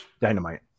Dynamite